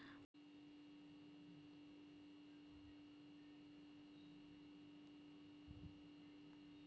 Due date దాటిన తర్వాత ఎంత కాలపరిమితిలో ఆన్ లైన్ లో చెల్లించే అవకాశం వుంది?